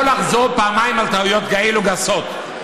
אתה לא יכול לחזור פעמיים על טעויות כאלו גסות,